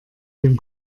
dem